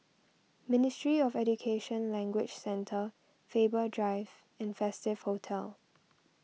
Ministry of Education Language Centre Faber Drive and Festive Hotel